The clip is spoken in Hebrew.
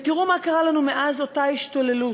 ותראו מה קרה לנו מאז אותה השתוללות,